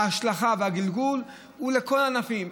ההשלכה והגלגול הם על כל הענפים.